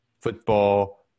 football